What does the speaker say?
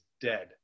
dead